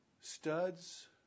studs